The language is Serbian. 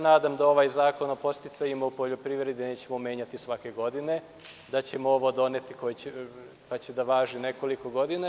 Nadam se da ovaj zakon o podsticajima u poljoprivredi nećemo menjati svake godine, da ćemo ovo doneti pa će da važi nekoliko godina.